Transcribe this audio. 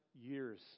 years